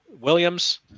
Williams